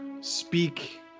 speak